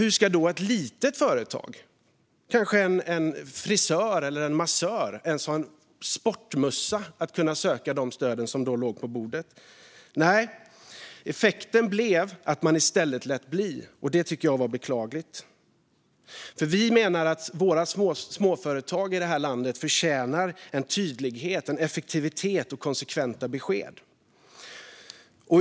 Hur ska då ett litet företag, kanske en frisör eller massör, ens ha en sportmössa att kunna söka de stöd som då låg på bordet? Nej, effekten blev att man i stället lät bli, och det tycker jag är beklagligt. Vi menar att våra svenska småföretag i det här landet förtjänar tydlighet, effektivitet och konsekventa besked.